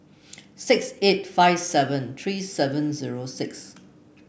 six eight five seven three seven zero six